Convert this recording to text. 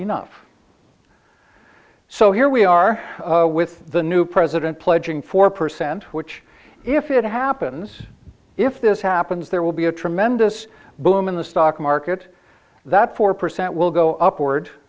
enough so here we are with the new president pledging four percent which if it happens if this happens there will be a tremendous boom in the stock market that four percent will go upward